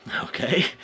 Okay